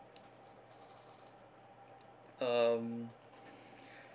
um